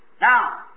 Now